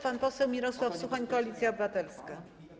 Pan poseł Mirosław Suchoń, Koalicja Obywatelska.